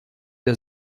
der